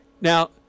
Now